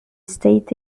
state